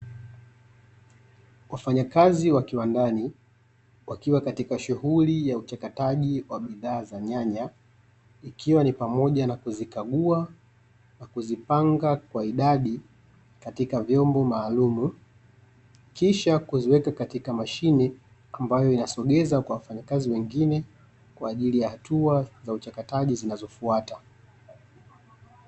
Wafanyakazi wa Kiwandani wakiwa katika shughuli ya uchakataji wa bidhaa za nyanya, ikiwa ni pamoja na kuzikagua na kuzipanga kwa idadi katika vyombo maalumu kisha kuziweka katika mashine ambayo inasogeza kwa wafanyakazi wengine kwa ajili ya hatua za uchakataji zinaofuata.